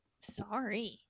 Sorry